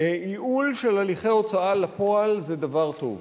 ייעול של הליכי הוצאה לפועל זה דבר טוב,